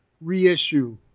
reissue